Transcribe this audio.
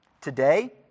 Today